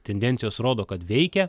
tendencijos rodo kad veikia